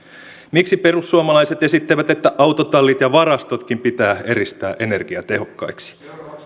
miksi perussuomalaiset esittävät että autotallit ja varastotkin pitää eristää energiatehokkaiksi niin